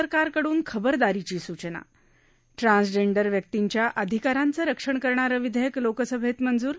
सरकारकडून खबरदारीची सूचना ट्रान्सजेंडर व्यक्तींच्या अधिकारांचं रक्षण करणारं विधेयक लोकसभेत मंजूर